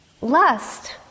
lust